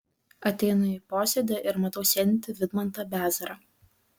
ateinu į posėdį ir matau sėdintį vidmantą bezarą